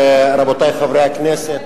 רבותי חברי הכנסת,